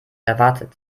erwartet